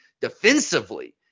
defensively